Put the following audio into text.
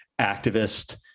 activist